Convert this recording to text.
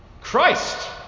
christ